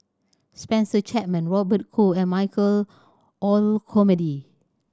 Spencer Chapman Robert Goh and Michael Olcomendy